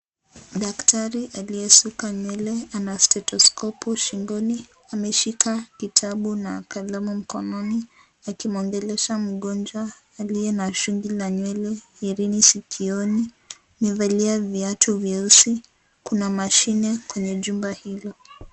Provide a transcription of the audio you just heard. Daktari aliyesuka nywele ana stethokopu shingoni ameshika kitabu na kalamu mkononi akimwongelesha mgonjwa aliye na shungi la nywele earing sikioni amevalia viatu vyeusi, kuna mashine kwenye jumba hilo.